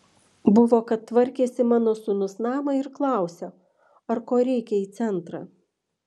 buvo kad tvarkėsi mano sūnus namą ir klausia ar ko reikia į centrą